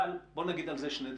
אבל, בואו נגיד על זה שני דברים.